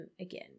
again